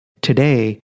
today